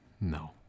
No